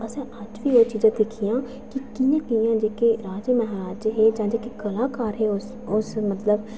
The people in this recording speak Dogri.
ते अस बी ओह् चीजां दिक्खियां कि कि'यां कि'यां जेह्के राजे महाराजे हे जां जेह्के कलाकार हे उस मतलब समें दे